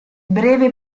breve